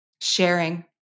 Sharing